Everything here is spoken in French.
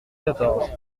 quatorze